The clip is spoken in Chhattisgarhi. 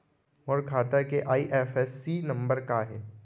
मोर खाता के आई.एफ.एस.सी नम्बर का हे?